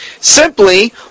simply